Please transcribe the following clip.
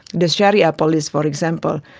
the sharia police for example,